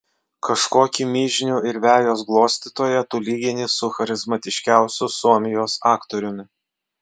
kažkokį mižnių ir vejos glostytoją tu lygini su charizmatiškiausiu suomijos aktoriumi